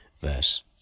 verse